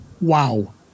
Wow